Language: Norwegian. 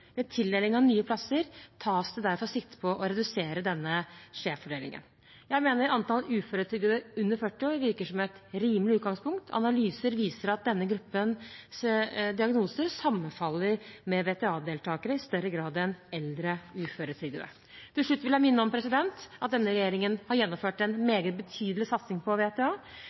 Ved tildeling av nye plasser tas det derfor sikte på å redusere denne skjevfordelingen. Jeg mener antall uføretrygdede under 40 år virker som et rimelig utgangspunkt. Analyser viser at denne gruppens diagnoser sammenfaller med VTA-deltakere i større grad enn eldre uføretrygdede. Til slutt vil jeg minne om at denne regjeringen har gjennomført en meget betydelig satsing på